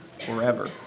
forever